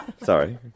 Sorry